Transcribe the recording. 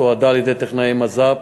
תועדה על-ידי טכנאי מז"פ,